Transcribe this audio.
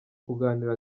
kuganira